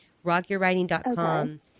rockyourwriting.com